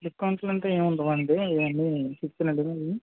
డిస్కౌంట్లు అంటే ఏంముండవండి ఇవన్నీ చెప్తనండి